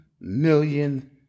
million